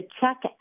check